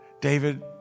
David